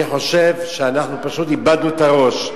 אני חושב שאנחנו פשוט איבדנו את הראש.